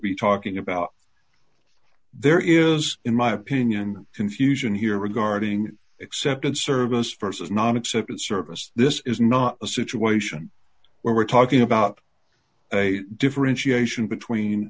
be talking about there is in my opinion confusion here regarding excepted service versus non acceptance service this is not a situation where we're talking about a differentiation between